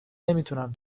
نمیتونم